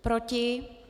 Proti?